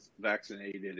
vaccinated